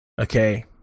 okay